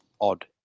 odd